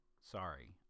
Sorry